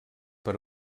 per